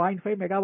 5 megawatt